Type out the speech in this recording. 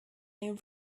may